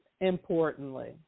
importantly